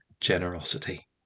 generosity